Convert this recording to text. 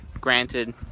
granted